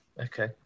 Okay